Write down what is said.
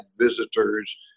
visitors